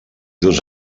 dos